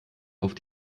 auf